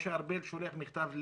משה ארבל שולח מכתב,